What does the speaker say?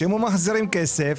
שאם מחזירים כסף